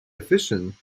efficient